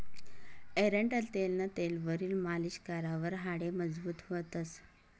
एरंडेलनं तेलवरी मालीश करावर हाडे मजबूत व्हतंस